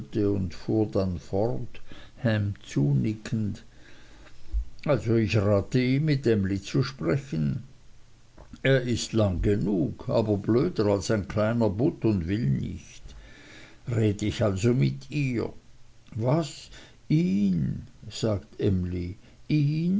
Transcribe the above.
ham zunickend also ich rate ihm mit emly zu sprechen er ist lang genug aber blöder als ein kleiner butt und will nicht red ich also mit ihr was ihn sagt emly ihn